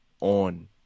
on